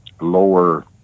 lower